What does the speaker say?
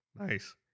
nice